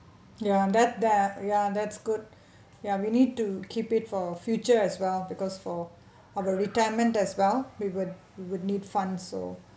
ya that that ya that's good ya we need to keep it for future as well because for our retirement as well we would we would need fund so